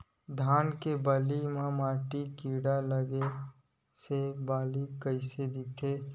धान के बालि म माईट कीड़ा लगे से बालि कइसे दिखथे?